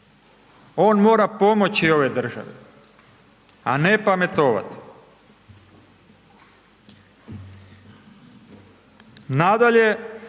on mora pomoći ovoj državi, a ne pametovat. Nadalje,